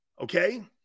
Okay